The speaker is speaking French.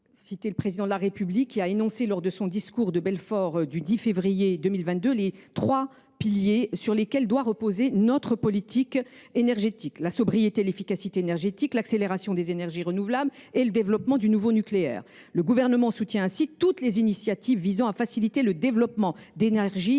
Le Président de la République a énoncé, lors de son discours de Belfort du 10 février 2022, les trois piliers sur lesquels doit reposer notre politique énergétique : la sobriété et l’efficacité énergétique, l’accélération des énergies renouvelables, le développement du nouveau nucléaire. Le Gouvernement soutient ainsi toutes les initiatives visant à faciliter le développement d’énergies